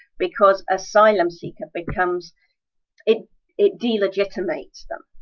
because asylum seeker becomes it it delegitimates them,